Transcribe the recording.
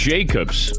Jacobs